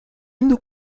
une